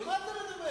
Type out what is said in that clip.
על מה אתה מדבר?